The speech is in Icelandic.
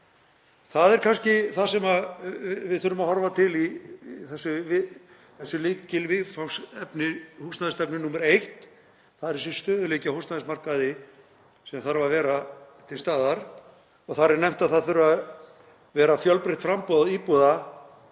Það er kannski það sem við þurfum að horfa til í þessu, þessu lykilviðfangsefni húsnæðisstefnu númer eitt, það er þessi stöðugleiki á húsnæðismarkaði sem þarf að vera til staðar og þar er nefnt að það þurfi að vera fjölbreytt framboð íbúða